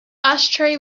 ashtray